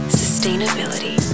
sustainability